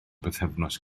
bythefnos